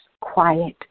quiet